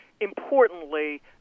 importantly